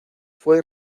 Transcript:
fue